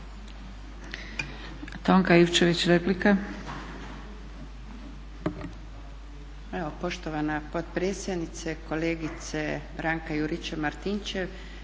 Tonka Ivčević, replika.